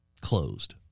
closed